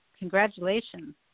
Congratulations